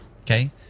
okay